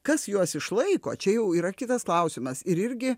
kas juos išlaiko čia jau yra kitas klausimas ir irgi